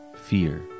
fear